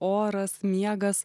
oras miegas